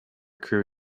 crew